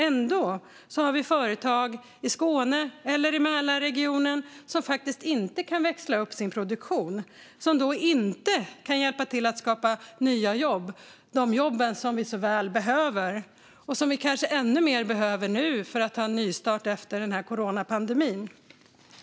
Ändå har vi företag i Skåne och i Mälarregionen som faktiskt inte kan växla upp sin produktion och då inte kan hjälpa till att skapa de nya jobb som vi så väl behöver och som vi kanske behöver ännu mer nu för att kunna göra en nystart efter coronapandemin.